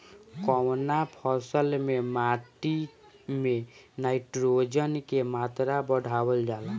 कवना फसल से माटी में नाइट्रोजन के मात्रा बढ़ावल जाला?